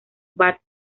bat